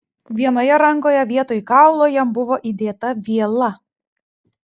vienoje rankoje vietoj kaulo jam buvo įdėta viela